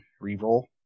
re-roll